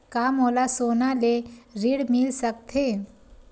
का मोला सोना ले ऋण मिल सकथे?